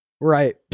right